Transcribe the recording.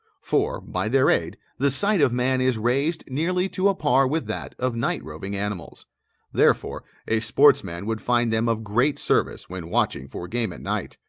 for, by their aid, the sight of man is raised nearly to a par with that of night-roving animals therefore, a sportsman would find them of great service when watching for game at night.